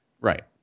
right